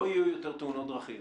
לא יהיו יותר תאונות דרכים.